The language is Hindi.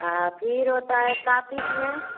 और फिर होता है कार्तिक में